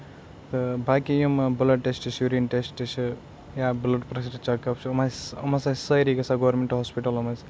تہٕ باقٕے یِم بٕلڑ ٹیسٹٕس چھِ یوریٖن ٹیسٹ چھِ یا بٕلڑ پریشر چھُ چیٚک اَپ یِم ٲسۍ یَم ہسا چھِ سٲری گژھان گورمیٚنٹ ہاسپِٹلن منٛز